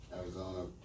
Arizona